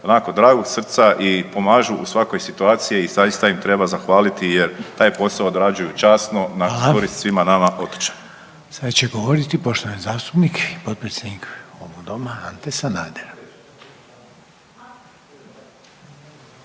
onako dragog srca i pomažu u svakoj situaciji i zaista im treba zahvaliti jer taj posao odrađuju časno na korist svima nama otočanima. **Reiner, Željko (HDZ)** Hvala. Sada će govoriti poštovani zastupnik i potpredsjednik ovog doma Ante Sanader,